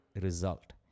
result